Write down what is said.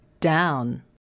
Down